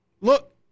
Look